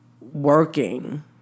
working